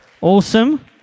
Awesome